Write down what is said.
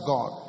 God